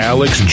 Alex